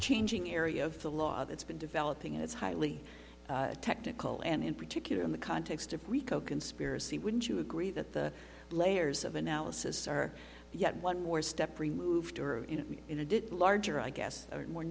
changing area of the law that's been developing and it's highly technical and in particular in the context of rico conspiracy wouldn't you agree that the layers of analysis are yet one more step removed in a did larger i guess more